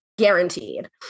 guaranteed